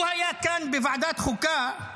הוא היה כאן בוועדת החוקה,